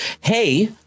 hey